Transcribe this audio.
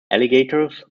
alligators